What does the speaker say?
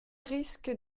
risque